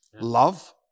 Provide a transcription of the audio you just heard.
love